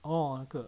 orh 那个